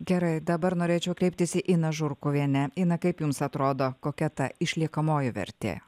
gerai dabar norėčiau kreiptis į ina žurkuvienė eina kaip jums atrodo kokia ta išliekamoji vertė